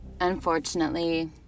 unfortunately